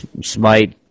Smite